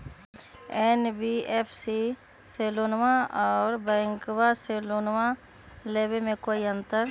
NBFC से लोनमा आर बैंकबा से लोनमा ले बे में कोइ अंतर?